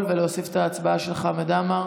ולהוסיף את ההצבעה של חבר הכנסת חמד עמאר.